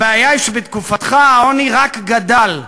הבעיה היא שבתקופתך העוני רק גדל.